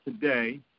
today